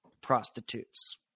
prostitutes